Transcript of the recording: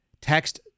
Text